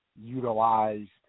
utilized